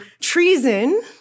treason